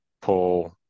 pull